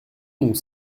nous